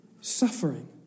suffering